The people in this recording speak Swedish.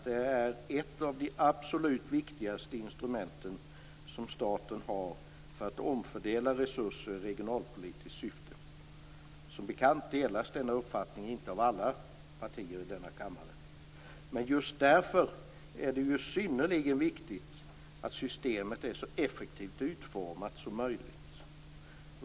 Det är ett av de absolut viktigaste instrument som staten har för att omfördela resurser i regionalpolitiskt syfte. Som bekant delas denna uppfattning inte av alla partier i denna kammare. Just därför är det synnerligen viktigt att systemet är så effektivt utformat som möjligt.